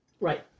Right